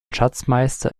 schatzmeister